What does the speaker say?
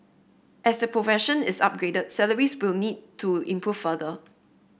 as the profession is upgraded salaries will need to improve further